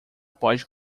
pode